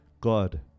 God